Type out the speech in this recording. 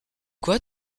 quoi